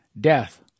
death